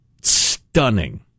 Stunning